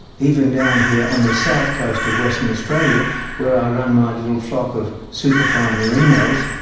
even down here on the south coast of western australia where i run my little flock of superfine merinos,